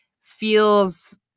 feels